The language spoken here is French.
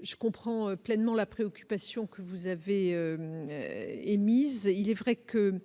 je comprends pleinement la préoccupation que vous avez émise, il est vrai que